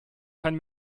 kein